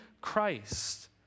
Christ